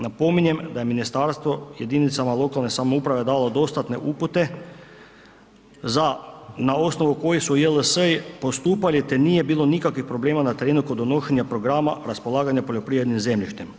Napominjem da je ministarstvo jedinicama lokalne samouprave dalo dostatne upute za na osnovu kojih su JLS-i postupali te nije bilo nikakvih problema na terenu kod donošenja programa raspolaganja poljoprivrednim zemljištem.